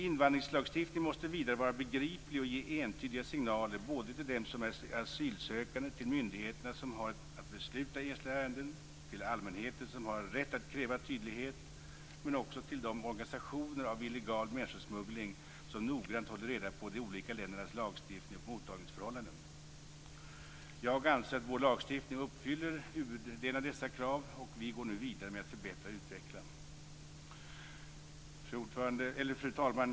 Invandringslagstiftningen måste vidare vara begriplig och ge entydiga signaler både till dem som är asylsökande, till myndigheterna som har att besluta i enskilda ärenden och till allmänheten som har rätt att kräva tydlighet men också till de organisatörer av illegal människosmuggling som noggrant håller reda på de olika ländernas lagstiftning och mottagningsförhållanden. Jag anser att vår lagstiftning uppfyller huvuddelen av dessa krav. Vi går nu vidare med att förbättra och utveckla. Fru talman!